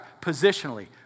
positionally